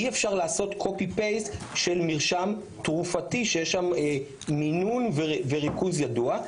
אי אפשר לעשות קופי פייסט של מרשם תרופתי שיש שם מינון וריכוז ידוע.